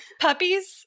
Puppies